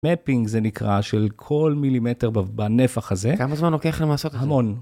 מפינג זה נקרא, של כל מילימטר בנפח הזה, כמה זמן לוקח להם לעשות? המון.